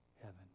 heaven